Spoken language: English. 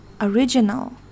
original